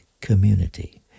community